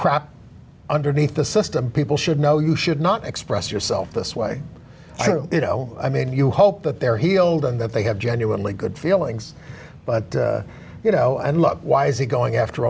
crap underneath the system people should know you should not express yourself this way you know i mean you hope that they're healed and that they have genuinely good feelings but you know and love why is he going after